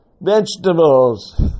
vegetables